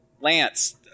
lance